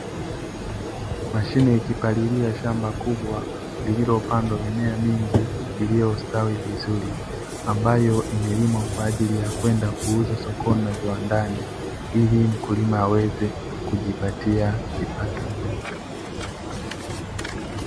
Mashine ikipalilia shamba kubwa lililopandwa mimea mingi iliyositawi vizuri, ambayo imelimwa kwa ajili ya kwenda kuuzwa sokoni na viwandani ili mkulima aweze kujipatia kipato.